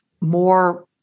more